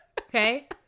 Okay